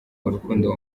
urukundo